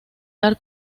dar